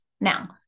Now